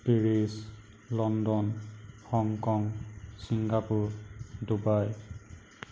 Paris London Hong Kong Singapore Dubai